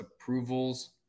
approvals